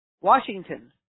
Washington